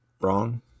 wrong